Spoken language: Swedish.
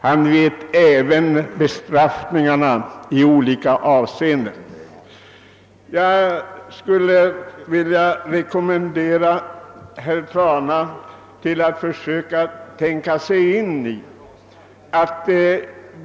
Herr Trana känner säkert även till bestraffningarna för brott mot denna regel.